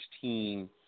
team